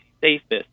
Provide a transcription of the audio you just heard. safest